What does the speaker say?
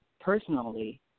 personally